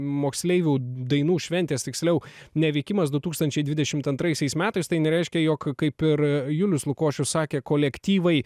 moksleivių dainų šventės tiksliau neveikimas du tūkstančiai dvidešimt antraisiais metais tai nereiškia jog kaip ir julius lukošius sakė kolektyvai